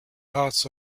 parts